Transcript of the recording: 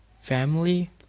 family